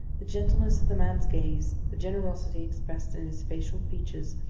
the gentleness of the man's gaze, the generosity expressed in his facial features,